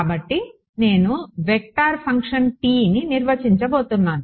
కాబట్టి నేను vector function Tని నిర్వచించబోతున్నాను